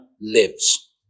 lives